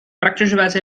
praktischerweise